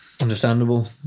understandable